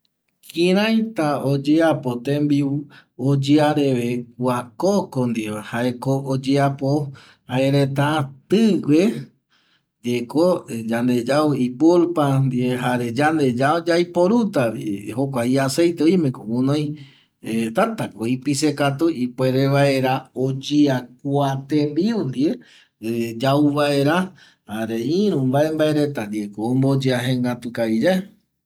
Kiraita oyeapo tembiu oyea reve kua koko ndieva jaeko oyeapo jaereta tƚgue ndieko yande yau ipulpa ndie jare yande yaiporutavi iaceite oimeko guƚnoi tätako ipise katu ipuere vaera oyea kua tembiu ndie yau vaera jare iru mbae mbae reta ndieko omboyea jengatu kaviyae